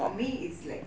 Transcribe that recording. for me it's like